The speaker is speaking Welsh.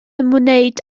ymwneud